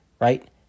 Right